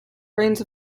range